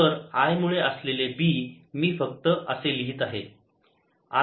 तर I मुळे असलेले B मी फक्त असे लिहीत आहे